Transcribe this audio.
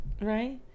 right